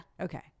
okay